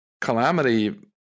calamity